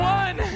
one